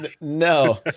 no